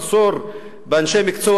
מחסור באנשי מקצוע,